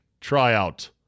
tryout